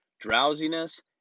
drowsiness